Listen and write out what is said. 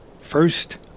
First